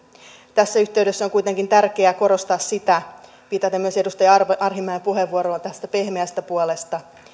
tässä yhteydessä on kuitenkin tärkeää korostaa sitä viitaten myös edustaja arhinmäen puheenvuoroon tästä pehmeästä puolesta